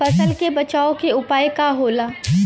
फसल के बचाव के उपाय का होला?